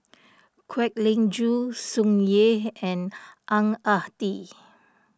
Kwek Leng Joo Tsung Yeh and Ang Ah Tee